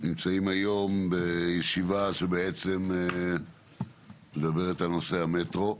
נמצאים היום בישיבה שמדברת על נושא המטרו.